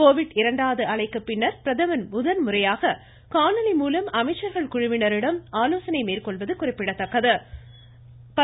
Covid இரண்டாவது அலைக்கு பின்னர் பிரதமர் முதல்முறையாக காணொலி மூலம் அமைச்சர்கள் குழுவினரிடம் ஆலோசனை மேற்கொள்வது குறிப்பிடத்தக்கது